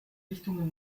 richtungen